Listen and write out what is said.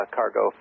cargo